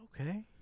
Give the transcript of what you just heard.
okay